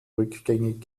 rückgängig